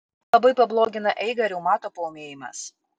labai pablogina eigą reumato paūmėjimas